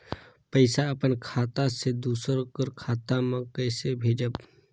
पइसा अपन खाता से दूसर कर खाता म कइसे भेजब?